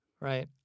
right